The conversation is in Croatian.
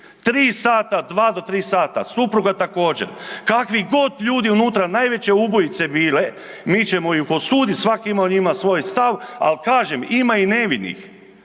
3 sata, 2 do 3 sata. Supruga također. Kakvi god ljudi unutra, najveće ubojice bile, mi ćemo ih osuditi, svaki ima o njima svoj stav, ali kažem, ima i nevinih.